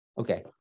Okay